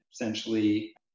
essentially